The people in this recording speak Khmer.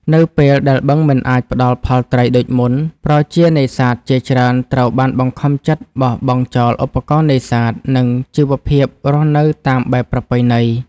នៅពេលដែលបឹងមិនអាចផ្តល់ផលត្រីដូចមុន ប្រជានេសាទជាច្រើនត្រូវបានបង្ខំចិត្តបោះបង់ចោលឧបករណ៍នេសាទ និងជីវភាពរស់នៅតាមបែបប្រពៃណី។